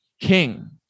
king